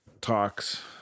talks